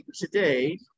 today